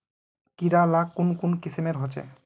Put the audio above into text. कीड़ा ला कुन कुन किस्मेर होचए?